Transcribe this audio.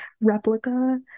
replica